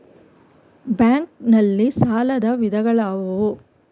Bank ನಲ್ಲಿ ಸಾಲದ ವಿಧಗಳಾವುವು?